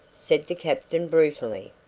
said the captain brutally.